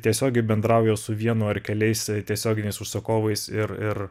tiesiogiai bendrauja su vienu ar keliais tiesioginiais užsakovais ir ir